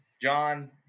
John